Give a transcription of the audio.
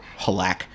Halak